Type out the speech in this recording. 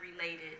related